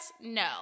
No